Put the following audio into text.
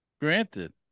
Granted